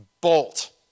Bolt